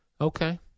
Okay